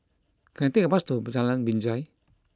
can I take a bus to Jalan Binjai